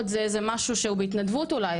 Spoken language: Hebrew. זה איזה משהו שצריך לעשות אותו בהתנדבות אולי,